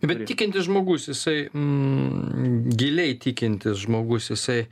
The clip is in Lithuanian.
bet tikintis žmogus jisai n giliai tikintis žmogus jisai